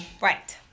Right